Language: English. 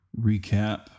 recap